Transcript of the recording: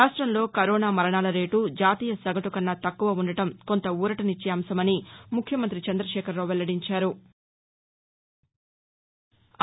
రాష్టంలో కరోనా మరణాల రేటు జాతీయ సగటు కన్నా తక్కువ ఉందడం కొంత ఊరటనిచ్చే అంశమని ముఖ్యమంతి చందశేఖరావు వెల్లడించారు